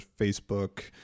Facebook